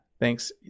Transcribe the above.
Thanks